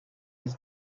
his